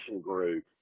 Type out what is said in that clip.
group